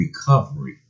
recovery